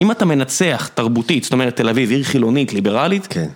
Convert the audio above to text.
אם אתה מנצח, תרבותית, זאת אומרת, תל אביב, עיר חילונית, ליברלית? - כן.